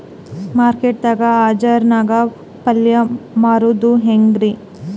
Market ದಾಗ್ ಹರಾಜ್ ನಾಗ್ ಪಲ್ಯ ಮಾರುದು ಹ್ಯಾಂಗ್ ರಿ?